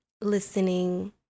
listening